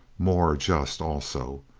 more just, also.